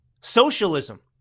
Socialism